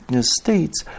states